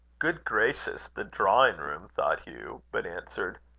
good gracious! the drawing-room! thought hugh but answered